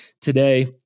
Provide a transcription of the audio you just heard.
today